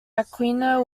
aquino